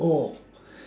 all